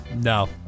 No